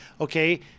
Okay